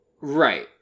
Right